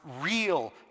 real